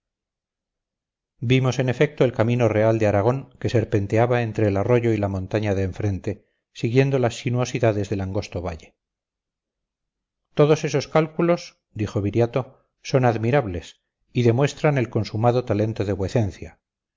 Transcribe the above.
vimos en efecto el camino real de aragón que serpenteaba entre el arroyo y la montaña de enfrente siguiendo las sinuosidades del angosto valle todos esos cálculos dijo viriato son admirables y demuestran el consumado talento de vuecencia